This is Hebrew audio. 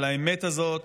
על האמת הזאת,